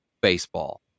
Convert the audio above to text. baseball